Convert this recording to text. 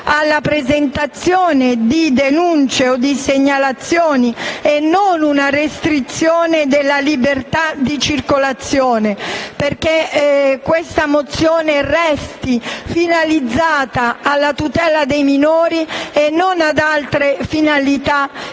alla presentazione di denunce o segnalazioni e non una restrizione della libertà di circolazione, perché questa mozione resti finalizzata alla tutela dei minori e non ad altri scopi,